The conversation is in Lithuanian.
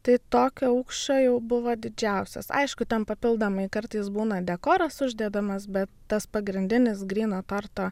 tai tokio aukščio jau buvo didžiausias aišku ten papildomai kartais būna dekoras uždedamas bet tas pagrindinis gryno torto